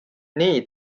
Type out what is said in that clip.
nii